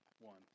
one